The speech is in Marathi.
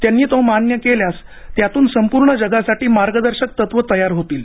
त्यांनी तो मान्य केल्यास त्यातून संपूर्ण जगासाठी मार्गदर्शक तत्व तयार होतील